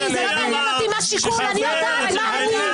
זה לא מעניין אותי מה השיקול, אני יודעת מה אני.